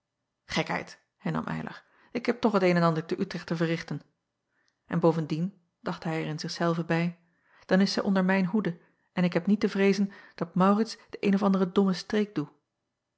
ekheid hernam ylar ik heb toch het een en ander te trecht te verrichten en bovendien dacht hij er in zich zelven bij dan is zij onder mijne hoede en ik heb niet te vreezen dat aurits de eene of andere domme streek doe